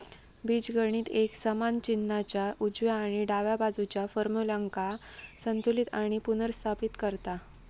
बीजगणित एक समान चिन्हाच्या उजव्या आणि डाव्या बाजुच्या फार्म्युल्यांका संतुलित आणि पुनर्स्थापित करता